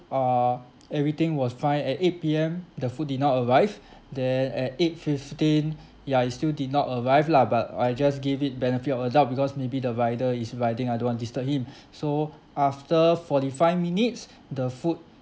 uh everything was fine at eight P_M the food did not arrive then at eight fifteen ya it still did not arrive lah but I just gave it benefit of the doubt because maybe the rider is riding I don't want disturb him so after forty five minutes the food